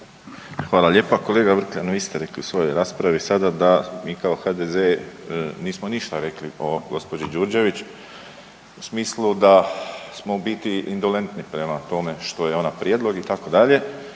Hvala lijepa. Kolega Vrkljan vi ste rekli u svojoj raspravi sada da mi kao HDZ nismo ništa rekli o gospođi Đurđević u smislu da smo u biti indolentni prema tome što je ona prijedlog itd., ja